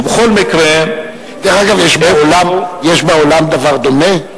ובכל מקרה, דרך אגב, יש בעולם דבר דומה?